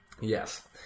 Yes